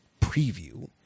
preview